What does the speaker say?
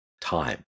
time